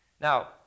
Now